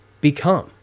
become